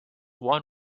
won